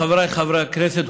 חבריי חברי הכנסת,